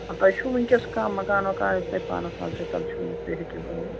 تۄہہِ چھُو وُنکیٚنَس کانٛہہ مکان وَکان یُس تۄہہِ پانَس نَظرِ تَل چھُو یُس تُہۍ ہیٚکِو ہٲوِتھ